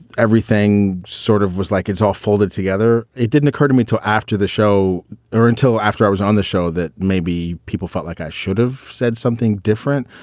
everything sort of was like, it's all folded together. it didn't occur to me to after the show or until after i was on the show that maybe people felt like i should have said something different.